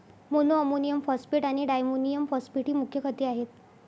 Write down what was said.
monoammonium phosphate आणि diammonium phosphate ही मुख्य खते आहेत